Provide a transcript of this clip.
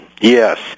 Yes